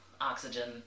Oxygen